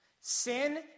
Sin